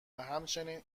همچنین